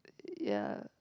ya